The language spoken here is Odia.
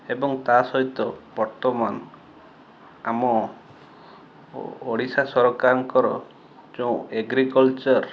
ଏବଂ ତା ସହିତ ବର୍ତ୍ତମାନ ଆମ ଓଡ଼ିଶା ସରକାରଙ୍କର ଯେଉଁ ଏଗ୍ରିକଲଚର